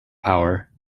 power